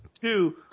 Two